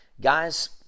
Guys